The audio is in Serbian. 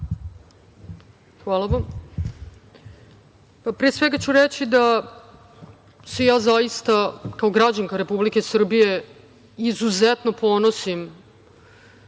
Hvala vam. Pre svega ću reći da se ja zaista kao građanka Republike Srbije izuzetno ponosim